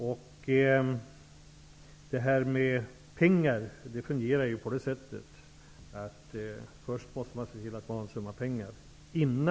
Innan man delar ut pengar måste man se till att man har en summa pengar.